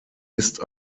ist